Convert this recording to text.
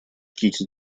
кити